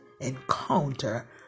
encounter